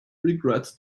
regrets